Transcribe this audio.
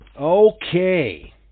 Okay